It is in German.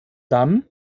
dann